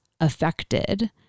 affected